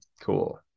cool